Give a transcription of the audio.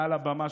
מעל הבמה,